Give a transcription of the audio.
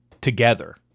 together